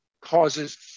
causes